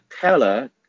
teller